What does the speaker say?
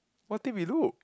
what thing we look